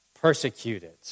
persecuted